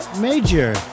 Major